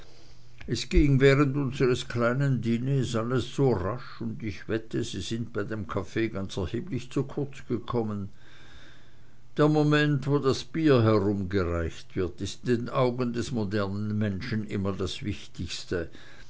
es ging während unsers kleinen diners alles so rasch und ich wette sie sind bei dem kaffee ganz erheblich zu kurz gekommen der moment wo das bier herumgereicht wird ist in den augen des modernen menschen immer das wichtigste